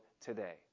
today